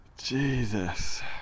Jesus